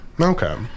Okay